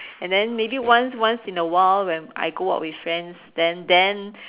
and then maybe once once in while when I go out with friends then then